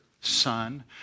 son